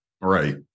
Right